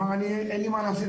אמר אין לי מה להפסיד,